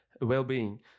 well-being